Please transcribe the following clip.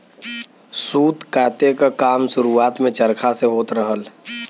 सूत काते क काम शुरुआत में चरखा से होत रहल